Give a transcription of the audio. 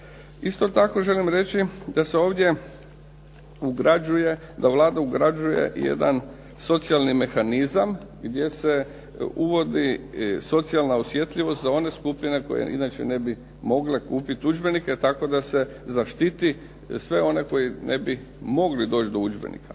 Isto tako želim reći da se ovdje ugrađuje, da Vlada ugrađuje jedan socijalni mehanizam gdje se uvodi socijalna osjetljivost za one skupine koje inače ne bi mogle kupiti udžbenike, tako da se zaštiti sve one koji ne bi mogli doći do udžbenika.